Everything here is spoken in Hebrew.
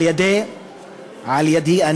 על-ידי,